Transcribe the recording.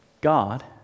God